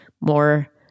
more